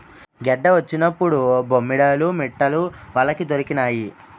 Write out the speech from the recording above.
గెడ్డ వచ్చినప్పుడు బొమ్మేడాలు మిట్టలు వలకి దొరికినాయి